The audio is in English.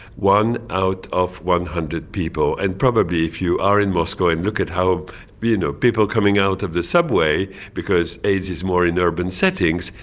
one out of one hundred people. and probably if you are in moscow and look at you know people coming out of the subway, because aids is more in urban settings,